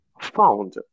found